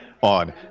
on